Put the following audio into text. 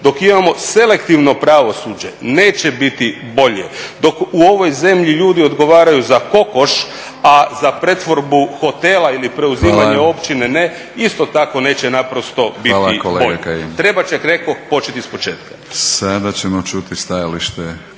Dok imamo selektivno pravosuđe, neće biti bolje. Dok u ovoj zemlji ljudi odgovaraju za kokoš, a za pretvorbu hotela ili preuzimanje općine ne, isto tako neće naprosto biti bolje. Trebat će, rekoh, početi ispočetka. **Batinić,